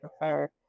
prefer